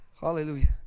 Hallelujah